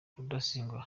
rudasingwa